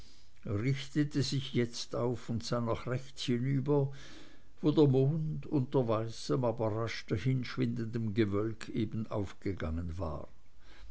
richtete sich jetzt auf und sah nach rechts hinüber wo der mond unter weißem aber rasch hinschwindendem gewölk eben aufgegangen war